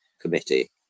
committee